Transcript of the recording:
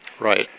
Right